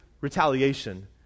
retaliation